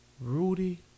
Rudy